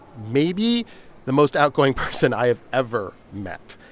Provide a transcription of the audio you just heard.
maybe the most outgoing person i have ever met.